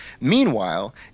Meanwhile